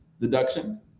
deduction